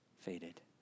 faded